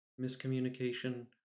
miscommunication